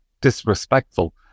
disrespectful